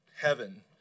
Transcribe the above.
heaven